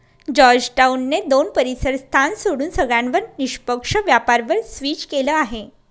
Georgetown ने दोन परीसर स्थान सोडून सगळ्यांवर निष्पक्ष व्यापार वर स्विच केलं आहे